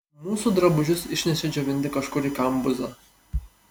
mūsų drabužius išnešė džiovinti kažkur į kambuzą